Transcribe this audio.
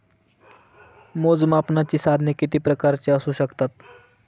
मोजमापनाची साधने किती प्रकारची असू शकतात?